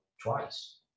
twice